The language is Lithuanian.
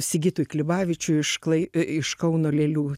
sigitui klimavičiui iš klai i iš kauno lėlių